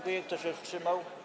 Kto się wstrzymał?